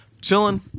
chilling